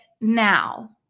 now